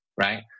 right